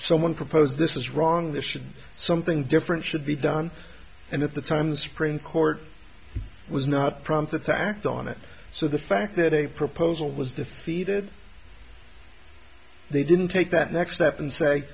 someone proposed this is wrong this should be something different should be done and at the time the supreme court was not prompted to act on it so the fact that a proposal was defeated they didn't take that next step and say